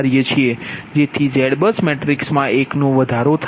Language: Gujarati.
જેથી ZBUS મેટ્રિક્સમા એક નો વધારો થાય છે